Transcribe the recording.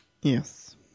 yes